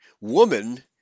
woman